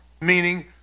meaning